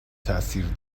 تاثیر